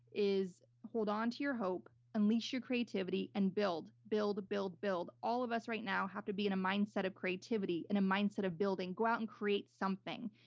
is hold onto your hope, unleash your creativity and build, build, build, build. all of us right now have to be in a mindset of creativity and a mindset of building. go out and create something.